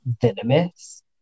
venomous